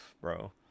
bro